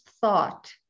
thought